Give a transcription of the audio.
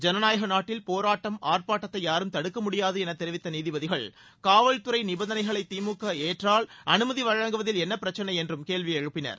ஜனநாயக நாட்டில் போராட்டம் ஆர்ப்பாட்டத்தை யாரும் தடுக்க முடியாது என தெரிவித்த நீதிபதிகள் காவல்துறை நிபந்தனைகளை திமுக ஏற்றால் அனுமதி வழங்குவதில் என்ன பிரச்ளை என்றும் கேள்வி எழுப்பினர்